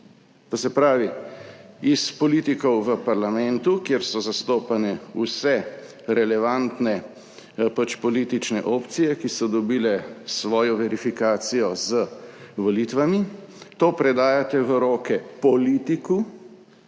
To se pravi, od politikov v parlamentu, kjer so zastopane vse relevantne politične opcije, ki so dobile svojo verifikacijo z volitvami, to predajate v roke politiku,